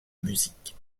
musique